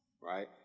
right